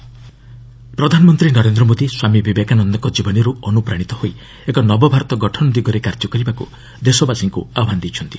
PM Swami Vivekananda ପ୍ରଧାନମନ୍ତ୍ରୀ ନରେନ୍ଦ୍ର ମୋଦି ସ୍ୱାମୀ ବିବେକାନନ୍ଦଙ୍କ ଜୀବନୀରୁ ଅନୁପ୍ରାଣିତ ହୋଇ ଏକ ନବ ଭାରତ ଗଠନ ଦିଗରେ କାର୍ଯ୍ୟ କରିବାକୁ ଦେଶବାସୀଙ୍କୁ ଆହ୍ୱାନ ଦେଇଛନ୍ତି